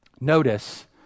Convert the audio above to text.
notice